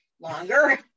longer